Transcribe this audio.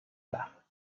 bas